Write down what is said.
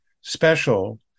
special